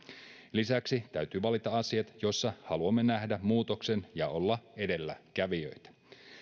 lisäksi täytyy valita asiat joissa haluamme nähdä muutoksen ja olla edelläkävijöitä